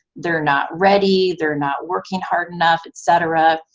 they're not ready, they're not working hard enough, etc.